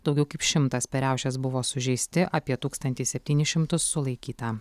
daugiau kaip šimtas per riaušes buvo sužeisti apie tūkstantį septynis šimtus sulaikyta